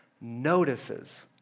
notices